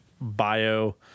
bio